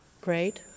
great